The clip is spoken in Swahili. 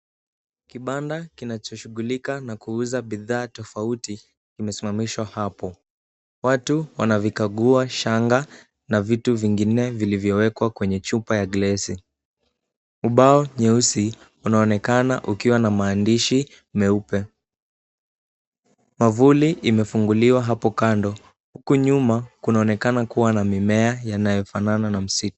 Kibanda kinachoshughulika na kuuza bidhaa tofauti kimesimamishwa hapo. Watu wanavikagua shanga na vitu vingine vilivyowekwa kwenye chupa ya glesi. Ubao nyeusi unaonekana ukiwa na maandishi meupe. Mwavuli imefunguliwa hapo kando. Huku nyuma kunaonekana kuwa na mimea yanayofanana na msitu.